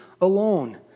alone